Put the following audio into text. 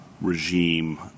regime